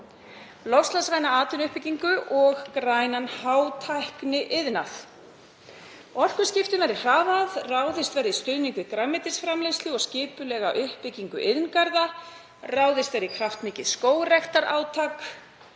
loftslagsvæna atvinnuuppbyggingu og grænan hátækniiðnað. Orkuskiptum verði hraðað, ráðist verði í stuðning við grænmetisframleiðslu og skipulega uppbyggingu iðngarða, ráðist verði í kraftmikið skógræktarátak